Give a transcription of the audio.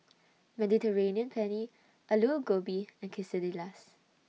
Mediterranean Penne Alu Gobi and Quesadillas